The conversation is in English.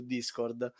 Discord